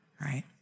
right